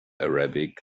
arabic